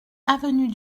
avenue